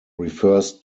refers